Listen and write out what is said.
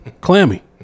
clammy